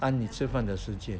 当你吃饭的时间